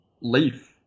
leaf